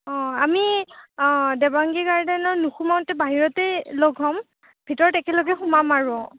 আমি দেবাংগী গাৰ্ডেনত নোসোমাওতে বাহিৰতেই লগ হম ভিতৰত একেলগে সোমাম আৰু